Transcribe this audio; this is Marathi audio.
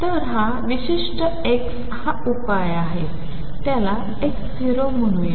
तर हा विशिष्ट X हा उपाय आहे त्याला X 0 म्हणूया